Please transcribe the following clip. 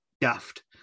daft